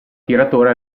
tiratore